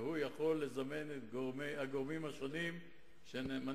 והוא יכול לזמן את הגורמים השונים שמניתי